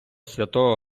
святого